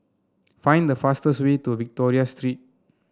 find the fastest way to Victoria Street